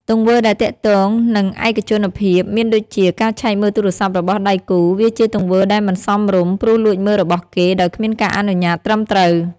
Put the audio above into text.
ទង្វើដែលទាក់ទងនឹងឯកជនភាពមានដូចជា ការឆែកមើលទូរស័ព្ទរបស់ដៃគូរ វាជាទង្វើដែលមិនសមរម្យ ព្រោះលួចមើលរបស់គេដោយគ្មានការអនុញ្ញាតត្រឹមត្រូវ។